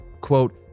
quote